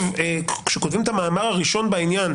כשכותבים את המאמר הראשון בעניין,